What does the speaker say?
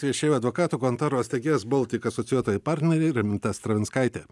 veišėjo advokatų kontoros steigėjos baltic asocijuotoji partnerė raminta stravinskaitė